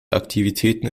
aktivitäten